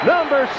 Number